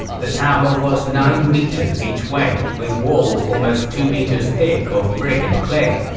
the tower was nine metres each way with walls almost two metres thick of brick and clay.